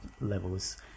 levels